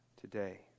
today